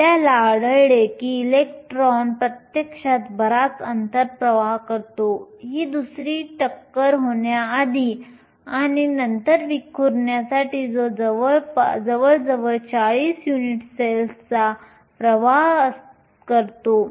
आपल्याला आढळले की इलेक्ट्रॉन प्रत्यक्षात बराच अंतर प्रवाह करतो ती दुसरी टक्कर होण्याआधी आणि नंतर विखुरण्यासाठी तो जवळजवळ 40 युनिट सेल्सचा प्रवाह करतो